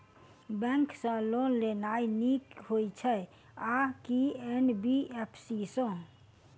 Bank सँ loan लेनाय नीक होइ छै आ की एन.बी.एफ.सी सँ?